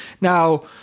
Now